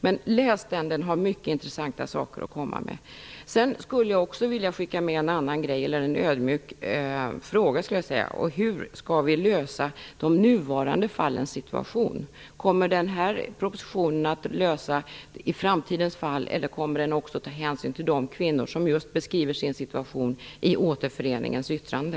Men läs den, den har många intressanta saker att komma med! Jag skulle också vilja skicka med en ödmjuk fråga: Hur skall vi lösa de nuvarande fallens situation, kommer den här propositionen att lösa framtidens fall eller kommer den också att ta hänsyn till de kvinnor som beskriver sin situation i Återföreningens yttrande?